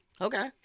Okay